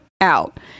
out